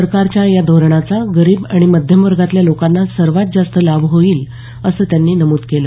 सरकारच्या या धोरणाचा गरीब आणि मध्यमवर्गातल्या लोकांना सर्वात जास्त लाभ होईल असं त्यांनी नमूद केलं